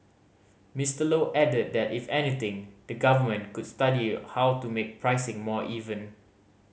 Mister Low added that if anything the Government could study how to make pricing more even